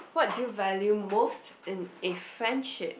what do you value most in a friendship